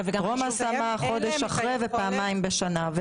טרום השמה, חודש אחרי, ופעמיים בשנה.